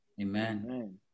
Amen